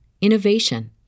innovation